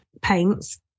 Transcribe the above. paints